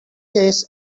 case